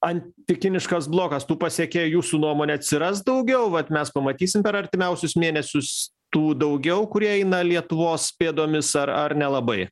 antikiniškas blokas tų pasekėjų jūsų nuomone atsiras daugiau vat mes pamatysim per artimiausius mėnesius tų daugiau kurie eina lietuvos pėdomis ar ar nelabai